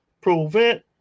prevent